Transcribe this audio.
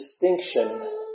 distinction